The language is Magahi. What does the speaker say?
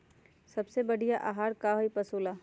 सबसे बढ़िया आहार का होई पशु ला?